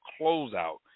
closeout